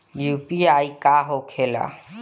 UPI का होके ला?